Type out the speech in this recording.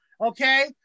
Okay